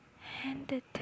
handed